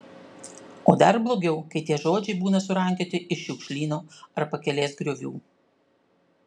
o dar blogiau kai tie žodžiai būna surankioti iš šiukšlyno ar pakelės griovių